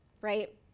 right